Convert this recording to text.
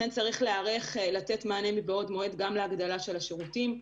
צריך לתת מענה מבעוד מועד להגדלה של השירותים,